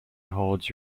holds